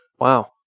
Wow